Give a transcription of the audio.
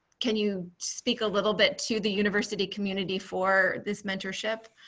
can you speak a little bit to the university community for this mentorship?